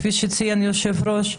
כפי שציין היושב-ראש,